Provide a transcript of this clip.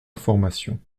information